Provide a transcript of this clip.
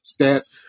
stats